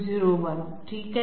01 ठीक आहे